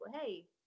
hey